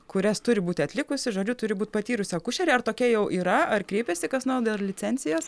kurias turi būti atlikusi žodžiu turi būt patyrusi akušerė ar tokia jau yra ar kreipėsi kas nor dėl licencijos